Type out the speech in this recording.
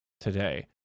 today